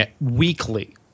weekly